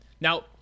now